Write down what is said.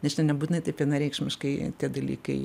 nes čia nebūtinai taip vienareikšmiškai tie dalykai